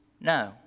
No